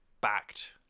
backed